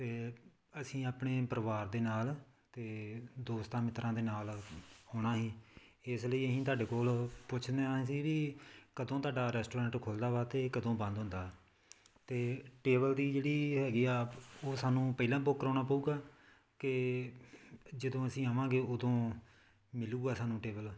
ਅਤੇ ਅਸੀਂ ਆਪਣੇ ਪਰਿਵਾਰ ਦੇ ਨਾਲ ਅਤੇ ਦੋਸਤਾਂ ਮਿੱਤਰਾਂ ਦੇ ਨਾਲ ਆਉਣਾ ਸੀ ਇਸ ਲਈ ਅਸੀਂ ਤੁਹਾਡੇ ਕੋਲ ਪੁੱਛਦੇ ਹਾਂ ਅਸੀਂ ਵੀ ਕਦੋਂ ਤੁਹਾਡਾ ਰੈਸਟੋਰੈਂਟ ਖੁੱਲ੍ਹਦਾ ਵਾ ਅਤੇ ਕਦੋਂ ਬੰਦ ਹੁੰਦਾ ਅਤੇ ਟੇਬਲ ਦੀ ਜਿਹੜੀ ਹੈਗੀ ਆ ਉਹ ਸਾਨੂੰ ਪਹਿਲਾਂ ਬੁੱਕ ਕਰਾਉਣਾ ਪਊਗਾ ਕਿ ਜਦੋਂ ਅਸੀਂ ਆਵਾਂਗੇ ਉਦੋਂ ਮਿਲੇਗਾ ਸਾਨੂੰ ਟੇਬਲ